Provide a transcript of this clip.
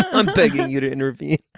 i'm begging you to intervene